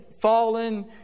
fallen